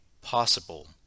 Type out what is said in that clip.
possible